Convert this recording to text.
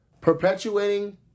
perpetuating